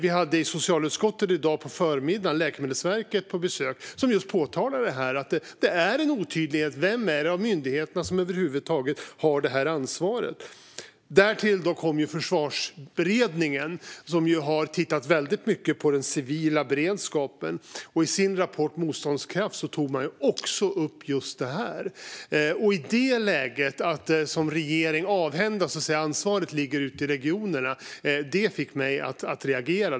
I dag på förmiddagen var representanter för Läkemedelsverket på besök i socialutskottet, och de påpekade att det råder en otydlighet om vilken myndighet som över huvud taget har ansvaret. Därtill kommer Försvarsberedningen, som har tittat mycket på den civila beredskapen. I rapporten Motståndskraft tog man också upp just dessa frågor. Att regeringen i det läget avhänder sig ansvaret och lägger ut det på regionerna fick mig att reagera.